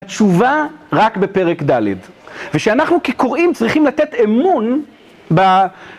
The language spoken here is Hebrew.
תשובה רק בפרק ד' ושאנחנו כקוראים צריכים לתת אמון, ב...